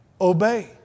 obey